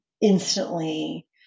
instantly